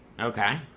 Okay